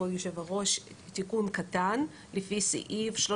יראו אותו כאילו הגיש הודעה לפי פסקה (1)